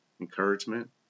encouragement